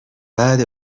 بعد